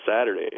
Saturday